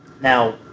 Now